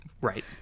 right